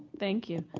thank you.